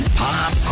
pop